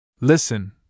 Listen